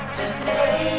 today